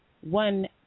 one